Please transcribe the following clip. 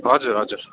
हजुर हजुर